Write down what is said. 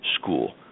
School